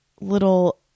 little